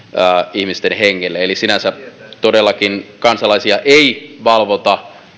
ihmisten hengelle eli sinänsä todellakaan kansalaisia ei valvota